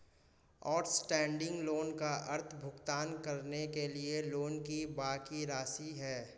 outstanding loan का अर्थ भुगतान करने के लिए लोन की बाकि राशि है